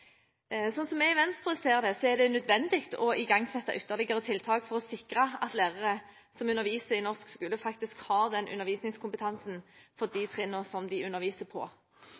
Sånn som vi i Venstre ser det, er det nødvendig å igangsette ytterligere tiltak for å sikre at lærere som underviser i norsk skole, faktisk har den undervisningskompetansen for trinnene de underviser på.